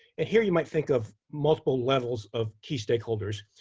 and here you might think of multiple levels of key stakeholders.